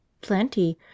Plenty